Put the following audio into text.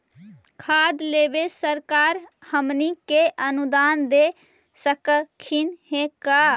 खाद लेबे सरकार हमनी के अनुदान दे सकखिन हे का?